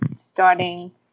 starting